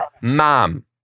mom